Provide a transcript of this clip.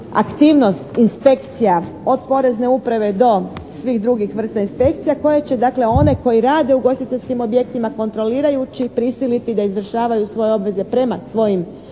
aktivnost inspekcija od porezne uprave do svih drugih vrsta inspekcija koje će dakle one koji rade u ugostiteljskim objektima kontrolirajući prisiliti da izvršavaju svoje obveze prema svojim zaposlenicima